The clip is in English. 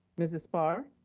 mrs. bar?